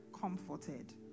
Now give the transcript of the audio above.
comforted